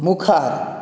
मुखार